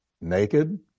naked